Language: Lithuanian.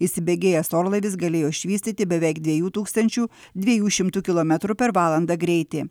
įsibėgėjęs orlaivis galėjo išvystyti beveik dviejų tūkstančių dviejų šimtų kilometrų per valandą greitį